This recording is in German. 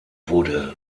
wurde